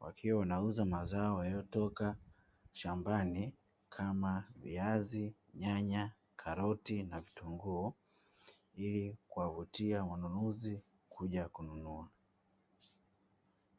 wakiwa wanauza mazao yanayotoka shambani kama: viazi, nyanya, karoti, na vitunguu ili kuwavutia wanunuzi kuja kununua.